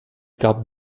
gab